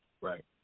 Right